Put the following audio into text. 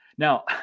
Now